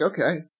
okay